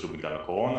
קיבלתם פניות?